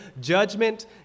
Judgment